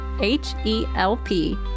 H-E-L-P